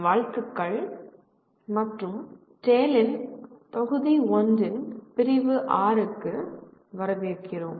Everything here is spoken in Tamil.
வாழ்த்துக்கள் மற்றும் TALE இன் தொகுதி 1 இன் பிரிவு 6 க்கு வரவேற்கிறோம்